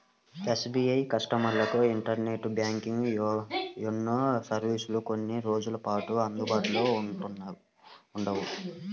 SBI కస్టమర్లకు internet banking, YONO సర్వీసులు కొన్ని రోజుల పాటు అందుబాటులో ఉండవు